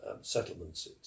settlements